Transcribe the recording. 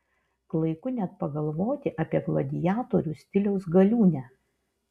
klaiku net pagalvoti apie gladiatorių stiliaus galiūnę